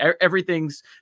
Everything's